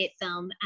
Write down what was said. film